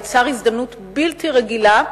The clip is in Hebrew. יצר הזדמנות בלתי רגילה,